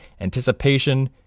anticipation